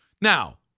Now